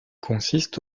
consiste